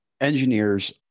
Engineers